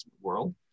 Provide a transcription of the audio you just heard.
world